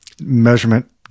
measurement